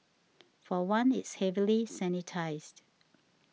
for one it's heavily sanitised